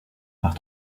par